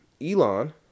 Elon